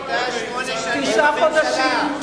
תשעה חודשים,